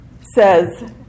says